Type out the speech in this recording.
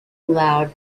allowed